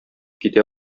китә